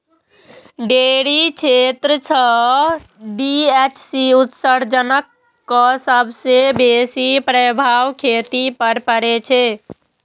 dairy क्षेत्र सं GHC उत्सर्जनक सबसं बेसी प्रभाव खेती पर पड़ै छै